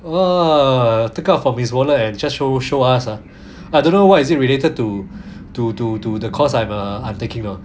!wah! take out from his wallet and just show show us ah I don't know what is it related to to to to the cause I'm uh I'm taking you know